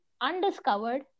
undiscovered